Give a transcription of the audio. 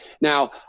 Now